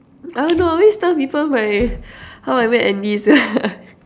I don't know I always tell people my how I met Andy sia